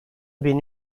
bin